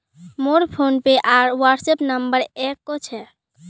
मोर फोनपे आर WhatsApp number एक क छेक